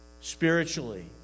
spiritually